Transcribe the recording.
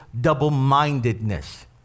double-mindedness